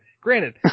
Granted